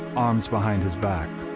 arms behind his back,